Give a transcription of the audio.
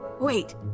Wait